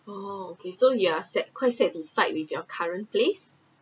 oh okay so you are sad quite satisfied with your current place